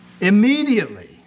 Immediately